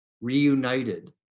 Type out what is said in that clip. reunited